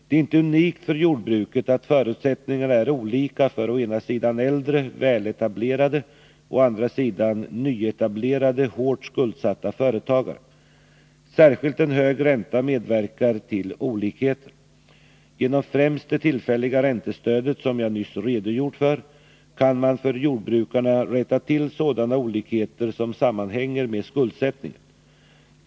Det är inte unikt för jordbruket att förutsättningarna är olika för å ena sidan äldre, väletablerade och å andra sidan nyetablerade, hårt skuldsatta företagare. Särskilt en hög ränta medverkar till olikheter. Genom främst det 23 tillfälliga räntestödet som jag nyss redogjort för kan man för jordbrukarna rätta till sådana olikheter som sammanhänger med skuldsättningen.